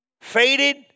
faded